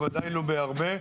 ודאי לא בהרבה,